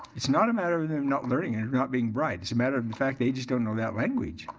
it's not a matter of them not learning it, not being bright. it's a matter of the fact they just don't know that language.